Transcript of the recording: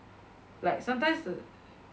like sometimes